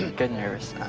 good nervous.